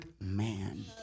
man